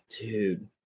Dude